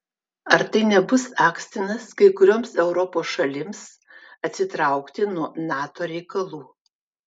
ar tai nebus akstinas kai kurioms europos šalims atsitraukti nuo nato reikalų